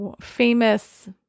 famous